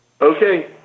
okay